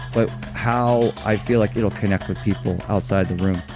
but how i feel like it'll connect with people outside the room.